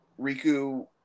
Riku